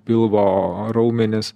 pilvo raumenys